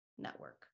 network